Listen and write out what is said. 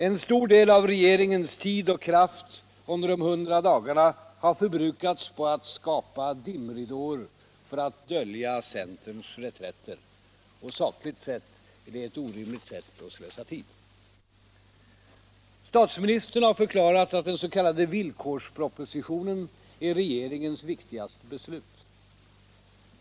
En stor del av regeringens tid och kraft under de 100 dagarna har förbrukats på att skapa dimridåer för att dölja centerns reträtter. Sakligt sett är detta ett orimligt sätt att slösa tid. Statsministern har förklarat att den s.k. villkorspropositionen är regeringens viktigaste beslut.